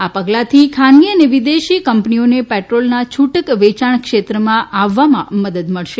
આ પગલાંથી ખાનગી તથા વિદેશી કંપનીઓને પેટ્રોલના છુટક વેચાણ ક્ષેત્રમાં આવવામાં મદદ મળશે